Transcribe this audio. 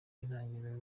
itangirira